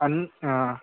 అన్ ఆ